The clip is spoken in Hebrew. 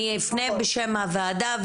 אני אפנה בשם הוועדה,